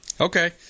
Okay